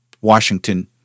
Washington